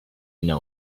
know